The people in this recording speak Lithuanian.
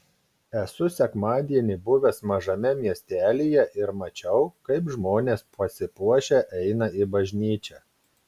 esu sekmadienį buvęs mažame miestelyje ir mačiau kaip žmonės pasipuošę eina į bažnyčią